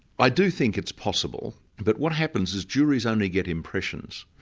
i do think it's possible, but what happens is juries only get impressions.